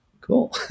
cool